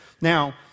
Now